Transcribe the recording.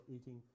eating